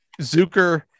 Zucker